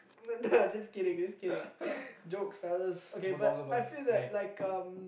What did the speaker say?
nah just kidding just kidding jokes fellas okay but I feel that like um